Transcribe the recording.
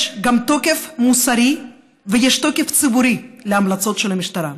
יש גם תוקף מוסרי ותוקף ציבורי להמלצות של המשטרה,